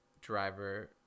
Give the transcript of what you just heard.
driver